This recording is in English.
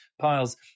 piles